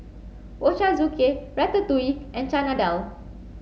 Ochazuke Ratatouille and Chana Dal